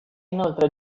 inoltre